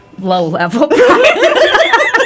low-level